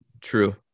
True